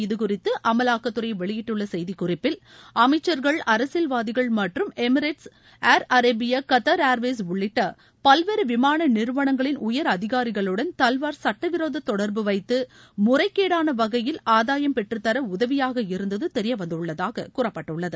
இதுகுறித்து அமலாக்கத்துறை வெளியிட்டுள்ள மேலும் அரசியல்வாதிகள் மற்றும் Emirates Air Arabia Qatar Airways உள்ளிட்ட பல்வேறு விமான நிறுவனங்களின் உயர் அதிகாரிகளுடன் தல்வார் சட்டவிரோத தொடர்பு வைத்து முறைகேடான வகையில் ஆதாயம் பெற்றுதர உதவியாக இருந்தது தெரியவந்துள்ளதாக கூறப்பட்டுள்ளது